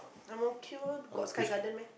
Ang-Mo-Kio got Sky-Garden meh